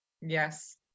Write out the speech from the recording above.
Yes